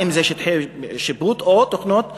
אם זה שטחי שיפוט או תוכניות המתאר,